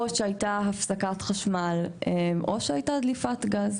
או שהייתה הפסקת חשמל, או שהייתה דליפת גז,